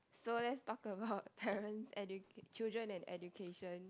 so let's talk about parents edu~ children and education